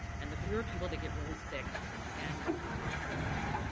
and the fewer people that get really sick and become hospitalized.